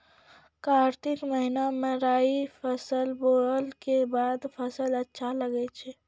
कार्तिक महीना मे राई फसल बोलऽ के बाद फसल अच्छा लगे छै